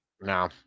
No